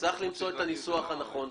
צריך למצוא את הניסוח הנכון.